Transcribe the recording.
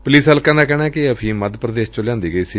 police ਹਲਕਿਆਂ ਦਾ ਕਹਿਣ ਕਿ ਇਹ ਅਫੀਮ ਮੱਧ ਪ੍ਰਦੇਸ਼ ਤੋਂ ਲਿਆਂਦੀ ਗਈ ਸੀ